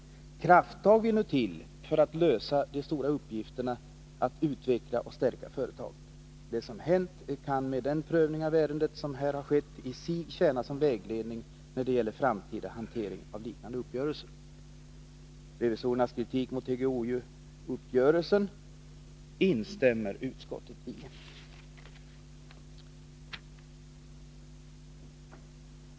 Krafttag vill nu till för att lösa de stora uppgifterna att utveckla och stärka företaget. Det som har hänt kan med den prövning av ärendet som här har skett i sig tjäna som vägledning när det gäller framtida hantering av liknande uppgörelser. I revisorernas kritik av TGOJ-uppgörelsen instämmer utskottet.